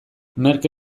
merke